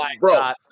bro